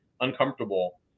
uncomfortable